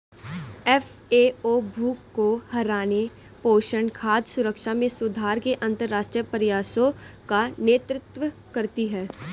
FAO भूख को हराने, पोषण, खाद्य सुरक्षा में सुधार के अंतरराष्ट्रीय प्रयासों का नेतृत्व करती है